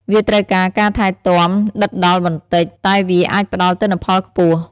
វាត្រូវការការថែទាំដិតដល់បន្តិច តែវាអាចផ្ដល់ទិន្នផលខ្ពស់។